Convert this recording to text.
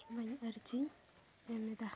ᱤᱧᱢᱟ ᱟᱨᱡᱤᱧ ᱮᱢᱮᱫᱟ